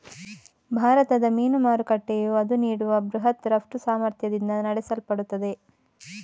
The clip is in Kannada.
ಭಾರತದ ಮೀನು ಮಾರುಕಟ್ಟೆಯು ಅದು ನೀಡುವ ಬೃಹತ್ ರಫ್ತು ಸಾಮರ್ಥ್ಯದಿಂದ ನಡೆಸಲ್ಪಡುತ್ತದೆ